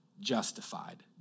Justified